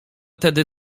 tedy